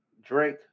Drake